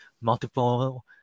multiple